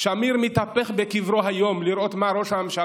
שמיר מתהפך בקברו היום לראות מה ראש הממשלה